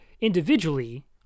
individually